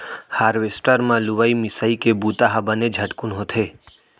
harvester म लुवई मिंसइ के बुंता ह बने झटकुन होथे